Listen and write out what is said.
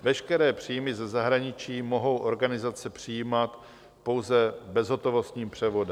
Veškeré příjmy ze zahraničí mohou organizace přijímat pouze bezhotovostním převodem.